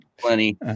plenty